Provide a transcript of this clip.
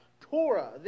Torah